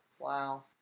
Wow